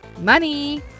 money